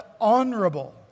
honorable